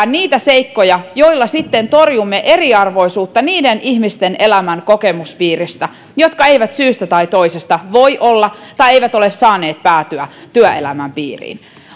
niitä seikkoja joilla sitten torjumme eriarvoisuutta niiden ihmisten elämän kokemuspiiristä jotka eivät syystä tai toisesta voi olla tai eivät ole saaneet päätyä työelämän piiriin